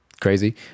crazy